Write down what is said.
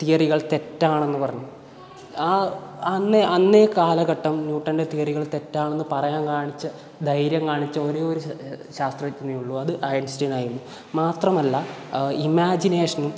തിയറികൾ തെറ്റാണന്ന് പറഞ്ഞു അന്ന് അന്ന് ഈ കാലഘട്ടം ന്യൂട്ടൻ്റെ തിയറികൾ തെറ്റാണെന്ന് പറയാൻ കാണിച്ച ധൈര്യം കാണിച്ച ഒരേ ഒരു ശാസ്ത്രജ്ഞനെ ഉള്ളൂ അത് ഐൻസ്റ്റീനായിരുന്നു മാത്രമല്ല ഇമാജിനേഷനും